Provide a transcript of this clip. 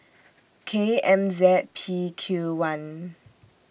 K M Z P Q one